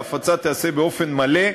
ההפצה תיעשה באופן מלא,